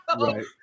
Right